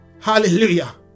hallelujah